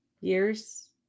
years